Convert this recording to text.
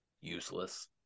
useless